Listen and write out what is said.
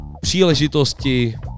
příležitosti